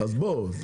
אז בוא,